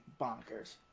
bonkers